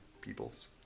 peoples